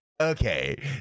Okay